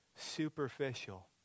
Superficial